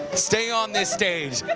stay on this stage.